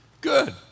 Good